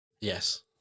yes